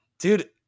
dude